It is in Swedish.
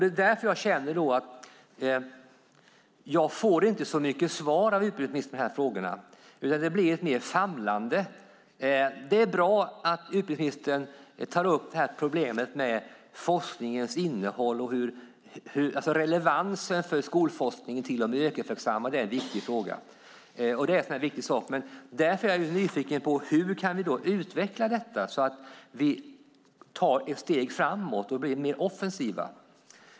Det är därför som jag känner att jag inte får så mycket svar av utbildningsministern på de här frågorna. Det blir mer ett svamlande. Det är bra att utbildningsministern tar upp problemet med forskningens innehåll. Relevansen för skolforskningen för de yrkesverksamma är en viktig fråga. Därför är jag nyfiken på hur vi kan utveckla detta så att vi tar ett steg framåt och blir mer offensiva.